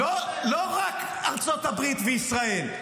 לא רק ארצות הברית וישראל,